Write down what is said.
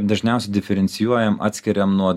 dažniausiai diferencijuojam atskiriam nuo